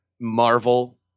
Marvel